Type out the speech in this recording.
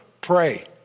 pray